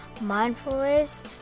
Mindfulness